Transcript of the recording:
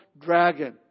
dragon